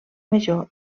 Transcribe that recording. major